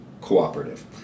cooperative